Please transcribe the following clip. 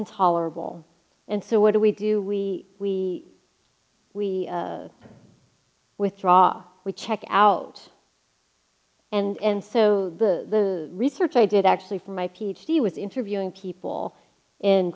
intolerable and so what do we do we we we withdraw we check out and so the research i did actually for my ph d was interviewing people in